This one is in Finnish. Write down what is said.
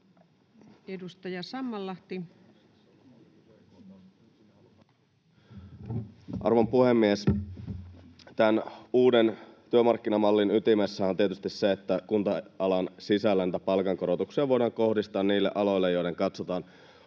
14:31 Content: Arvon puhemies! Tämän uuden työmarkkinamallin ytimessä on tietysti se, että kunta-alan sisällä niitä palkankorotuksia voidaan kohdistaa niille aloille, joiden katsotaan